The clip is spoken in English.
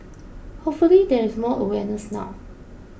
hopefully there is more awareness now